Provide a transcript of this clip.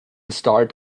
start